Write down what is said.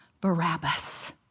Barabbas